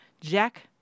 Jack